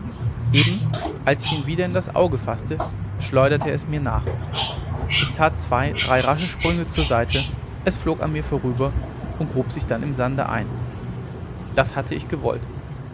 eben als ich ihn wieder in das auge faßte schleuderte er es mir nach ich tat zwei drei rasche sprünge zur seite es flog an mir vorüber und grub sich dann im sande ein das hatte ich gewollt